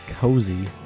Cozy